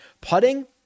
putting